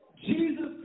Jesus